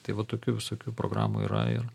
tai va tokių visokių programų yra ir